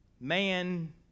man